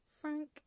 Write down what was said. Frank